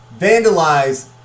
vandalize